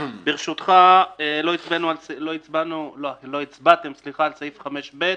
ברשותך, לא הצבעתם על סעיף 5(ב).